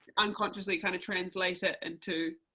unconsciously kind of translate it into